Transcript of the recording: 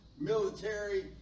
military